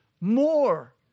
more